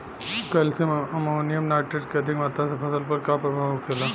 Calcium ammonium nitrate के अधिक मात्रा से फसल पर का प्रभाव होखेला?